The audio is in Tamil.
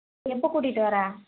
சரி எப்போ கூட்டிகிட்டு வர